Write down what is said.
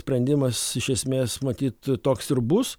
sprendimas iš esmės matyt toks ir bus